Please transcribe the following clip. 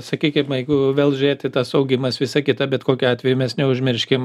sakykim jeigu vėl žiūrėti tas augimas visa kita bet kokiu atveju mes neužmirškim